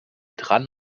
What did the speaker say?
dran